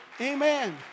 Amen